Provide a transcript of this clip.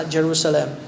Jerusalem